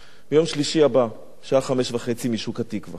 יום שלישי הבא, שעה 17:30, משוק התקווה.